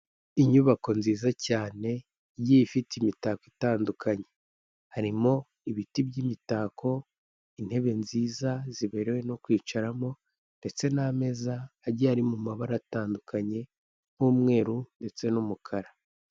Inyubako nziza cyane igiye ifite imitako itandukanye, harimo ibiti by'imitako, intebe nziza ziberewe no kwicaramo ndetse n'ameza agiye ari mu mabara atandukanye, nk'umweru ndetse n'umukara.